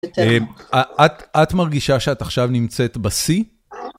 את מרגישה שאת עכשיו נמצאת בשיא?